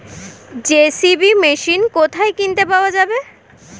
JCB machine কোথায় কিনতে পাওয়া যাবে?